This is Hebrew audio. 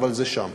אבל זה שם.